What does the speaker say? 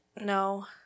no